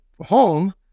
home